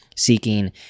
seeking